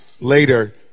later